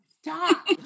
stop